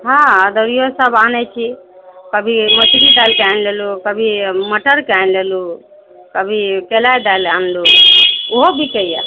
हाँ अदौड़िओसभ आनैत छी कभी मसूरी दालिके आनि लेलू कभी मटरके आनि लेलू कभी केराओ दालि आनलू ओहो बिकयए